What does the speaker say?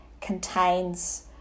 contains